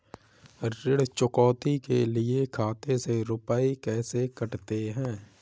ऋण चुकौती के लिए खाते से रुपये कैसे कटते हैं?